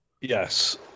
Yes